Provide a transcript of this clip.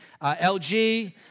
LG